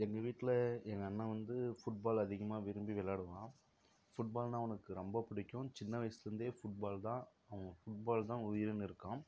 எங்கள் வீட்டில் எங்கள் அண்ணன் வந்து ஃபுட்பால் அதிகமாக விரும்பி விளையாடுவான் ஃபுட்பால்னால் அவனுக்கு ரொம்ப பிடிக்கும் சின்ன வயசுலிருந்தே ஃபுட்பால் தான் அவன் ஃபுட்பால் தான் உயிருன்னு இருக்கான்